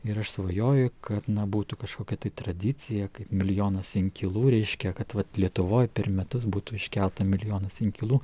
ir aš svajoju kad na būtų kažkokia tai tradicija kaip milijonas inkilų reiškia kad vat lietuvoj per metus būtų iškelta milijonas inkilų